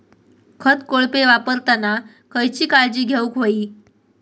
खत कोळपे वापरताना खयची काळजी घेऊक व्हयी?